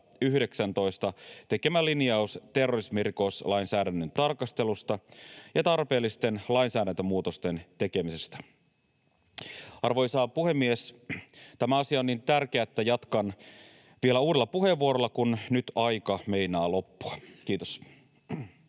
tekemä linjaus terrorismirikoslainsäädännön tarkastelusta ja tarpeellisten lainsäädäntömuutosten tekemisestä. Arvoisa puhemies! Tämä asia on niin tärkeä, että jatkan vielä uudella puheenvuorolla, kun nyt aika meinaa loppua. — Kiitos.